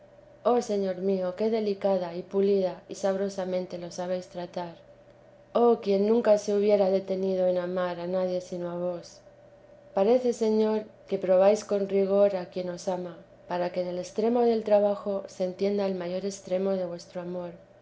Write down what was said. oh señor mío qué delicada y pulida y sabrosamente lo sabéis tratar oh quién nunca se hubiera detenido en amar a nadie sino a vos parece señor que